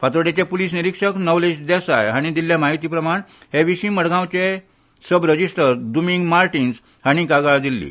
फातोड्डेंचे पुलीस निरीक्षक नवलेश देसाय हांणी दिल्ले माहिती प्रमाण हे विशीं मडगांवचे रजिस्टार द्मिंग मार्टीन्स हांणी कागाळ दिल्ली